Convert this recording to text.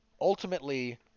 ultimately